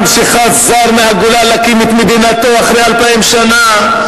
לא כעם שחזר מהגולה להקים את מדינתו אחרי אלפיים שנה,